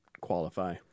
qualify